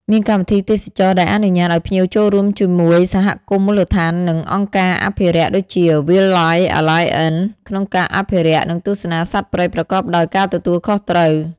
មានកម្មវិធីទេសចរណ៍ដែលអនុញ្ញាតឱ្យភ្ញៀវចូលរួមជាមួយសហគមន៍មូលដ្ឋាន និងអង្គការអភិរក្ស ដូចជា វ៉ាល ឡៃហ៍ អា ឡាយ អិន Wildlife Alliance ក្នុងការអភិរក្ស និងទស្សនាសត្វព្រៃប្រកបដោយការទទួលខុសត្រូវ។